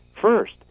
first